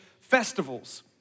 festivals